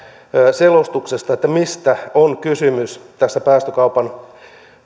selostuksesta siitä mistä on kysymys tässä päästökaupan